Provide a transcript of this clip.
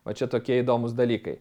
o čia tokie įdomūs dalykai